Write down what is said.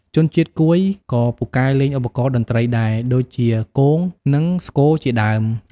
ជនជាតិកួយក៏ពូកែលេងឧបករណ៍តន្ត្រីដែរ ដូចជាគង និង ស្គរជាដើម។